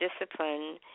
discipline